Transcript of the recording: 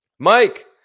Mike